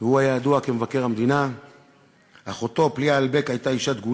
ששאל אותו מה צריכה להיות העמדה היהודית לגבי